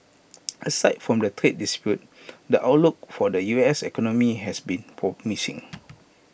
aside from the trade dispute the outlook for the U S economy has been promising